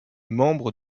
membre